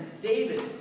David